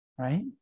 Right